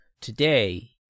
Today